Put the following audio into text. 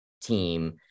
team